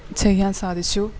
ചെയ്യാൻ സാധിച്ചു